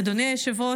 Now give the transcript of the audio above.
אדוני היושב-ראש,